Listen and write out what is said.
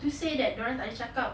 to say that dorang tak boleh cakap